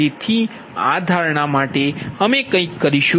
તેથી આ ધારણા માટે અમે કંઈક કરીશું